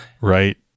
Right